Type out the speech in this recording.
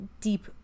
deep